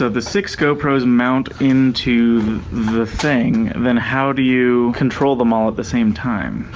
ah the six gopros mount into the thing, then how do you. control them all at the same time?